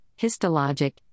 histologic